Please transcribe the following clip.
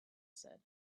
said